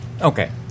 okay